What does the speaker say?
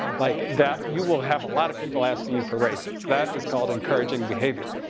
like that, you will have a lot of people asking you for raises. that is called encouraging behavior.